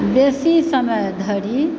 बेसी समय धरि